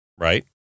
right